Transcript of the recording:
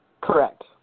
Correct